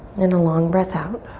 then a long breath out.